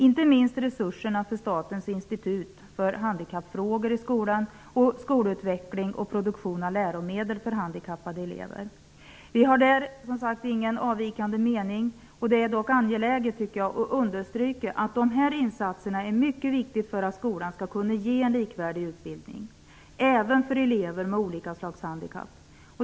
Inte minst gäller det resurserna till Statens institut för handikappfrågor i skolan samt skolutveckling och produktion av läromedel för handikappade elever. Vi har där ingen avvikande mening. Det är dock angeläget att understryka att dessa insatser är mycket viktiga för att skolan skall kunna ge en likvärdig utbildning, även när det gäller elever med olika slags handikapp.